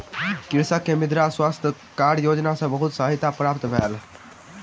कृषक के मृदा स्वास्थ्य कार्ड योजना सॅ बहुत सहायता प्राप्त भेल